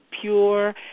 pure